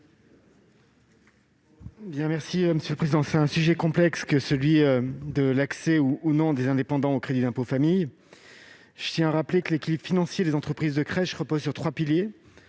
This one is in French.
du Gouvernement ? C'est un sujet complexe que celui de l'accès ou non des indépendants au crédit d'impôt famille. Je tiens à rappeler que l'équilibre financier des entreprises de crèche repose sur trois piliers